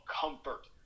comfort